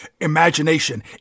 imagination